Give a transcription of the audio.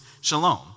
shalom